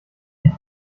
reno